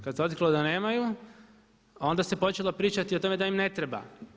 Kad se otkrilo da nemaju onda se počelo pričati o tome da im ne treba.